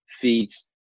feeds